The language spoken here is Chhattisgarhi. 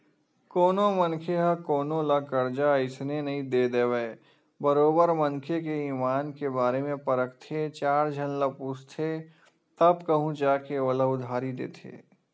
कोनो मनखे ह कोनो ल करजा अइसने नइ दे देवय बरोबर मनखे के ईमान के बारे म परखथे चार झन ल पूछथे तब कहूँ जा के ओला उधारी देथे